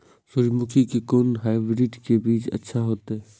सूर्यमुखी के कोन हाइब्रिड के बीज अच्छा होते?